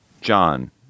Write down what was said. John